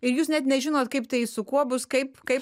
ir jūs net nežinot kaip tai su kuo bus kaip kaip